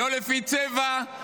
לא לפי צבע,